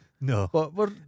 No